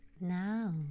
Now